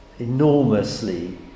enormously